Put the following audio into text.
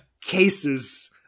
cases